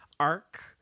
arc